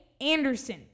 Anderson